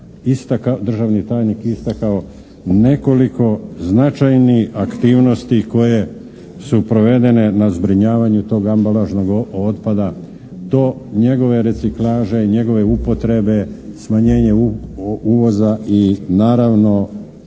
državni tajnik istakao nekoliko značajnih aktivnosti koje su provedene na zbrinjavanju tog ambalažnog otpada do njegove reciklaže i njegove upotrebe, smanjenje uvoza i naravno